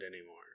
anymore